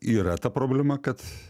yra ta problema kad